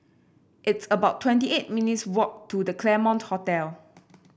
it's about twenty eight minutes' walk to The Claremont Hotel